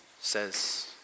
says